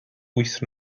wyth